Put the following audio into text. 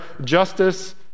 justice